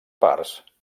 parts